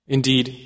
Indeed